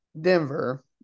Denver